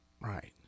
Right